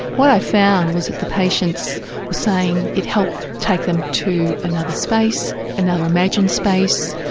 what i found was that the patients were saying it helped take them to another space, another imagined space,